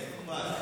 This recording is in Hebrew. בעד,